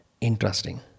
Interesting